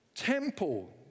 temple